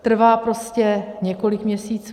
Trvá prostě několik měsíců.